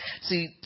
see